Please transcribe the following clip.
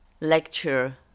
Lecture